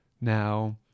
Now